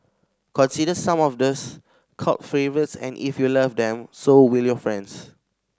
consider some of these cult favourites and if you love them so will your friends